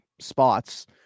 spots